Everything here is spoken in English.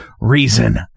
Reason